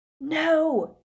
No